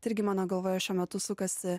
tai irgi mano galvoje šiuo metu sukasi